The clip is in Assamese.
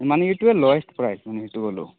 ইমানেইটোৱেই লয় প্ৰাইচ মানে সেইটো হ'লেও